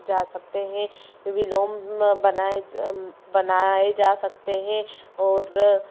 विलोम बनाए बनाए जा सकते है और